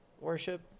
worship